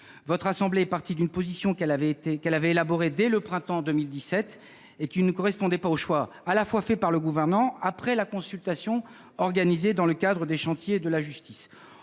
Votre assemblée est partie d'une position qu'elle avait élaborée dès le printemps 2017 et qui ne correspondait pas aux choix opérés par le Gouvernement après la consultation organisée dans le cadre des chantiers de la justice.